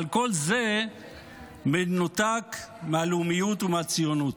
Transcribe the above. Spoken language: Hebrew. אבל כל זה במנותק מהלאומיות ומהציונות.